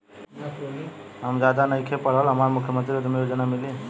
हम ज्यादा नइखिल पढ़ल हमरा मुख्यमंत्री उद्यमी योजना मिली?